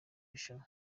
rushanwa